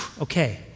Okay